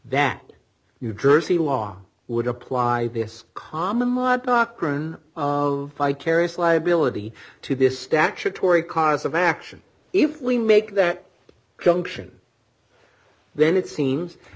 that you jersey law would apply this common law doctrine of vicarious liability to this statutory cause of action if we make that junction then it seems